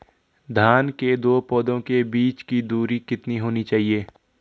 धान के दो पौधों के बीच की दूरी कितनी होनी चाहिए?